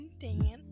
Dan